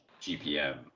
GPM